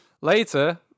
Later